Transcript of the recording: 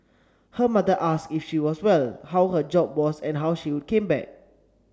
her mother asked if she was well how her job was and when she would came back